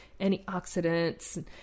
antioxidants